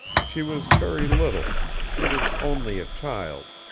she was very little. she was only a child.